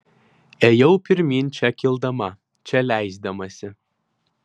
ėjau pirmyn čia kildama čia leisdamasi